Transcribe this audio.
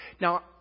Now